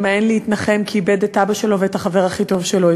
שממאן להתנחם כי איבד את אבא שלו ואת החבר הכי טוב שלו,